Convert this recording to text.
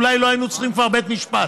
אולי לא היינו צריכים כבר בית משפט,